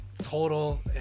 total